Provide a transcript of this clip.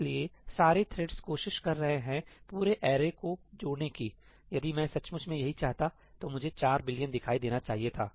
इसलिए सारे थ्रेड्स कोशिश कर रहे हैं पूरे अरे को जोड़ने की यदि मैं सचमुच में यही चाहता तो मुझे 4 बिलियन दिखाई देना चाहिए था